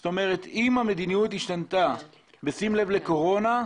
זאת אומרת, אם המדיניות השתנתה בשים לב לקורונה,